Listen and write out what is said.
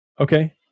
okay